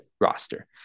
roster